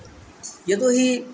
यतोऽहि